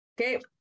okay